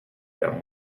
them